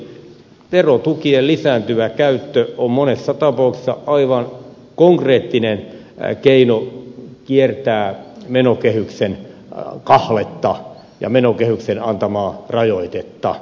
pulliainen hyvin selkeästi sen totesi verotukien lisääntyvä käyttö on monessa tapauksessa aivan konkreettinen keino kiertää menokehyksen kahletta ja menokehyksen antamaa rajoitetta